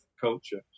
culture